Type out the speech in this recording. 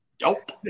Nope